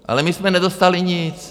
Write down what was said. Ale my jsme nedostali nic.